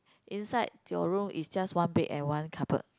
inside your room is just one bed and one cupboard